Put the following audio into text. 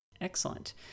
Excellent